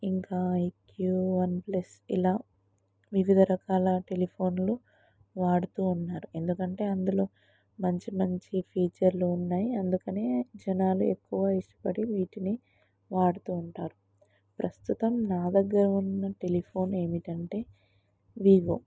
ఇంకా iQOO OnePlus ఇలా వివిధ రకాల టెలిఫోన్లు వాడుతు ఉన్నారు ఎందుకంటే అందులో మంచి మంచి ఫీచర్లు ఉన్నాయి అందుకని జనాలు ఎక్కువ ఇష్టపడి వీటిని వాడుతు ఉంటారు ప్రస్తుతం నా దగ్గర ఉన్న టెలిఫోన్ ఏంటంటే వివో